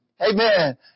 Amen